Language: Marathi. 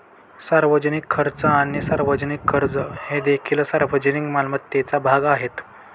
सार्वजनिक खर्च आणि सार्वजनिक कर्ज हे देखील सार्वजनिक मालमत्तेचा भाग आहेत